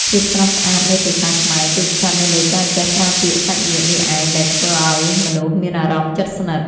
ភាពស្រស់ស្អាតនៃភាសាខ្មែរគឺស្ថិតនៅលើការចេះប្រើពាក្យសាច់ញាតិនេះឯងដែលធ្វើឱ្យមនុស្សមានអារម្មណ៍ជិតស្និទ្ធ។